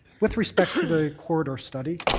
with respect to the corridor study,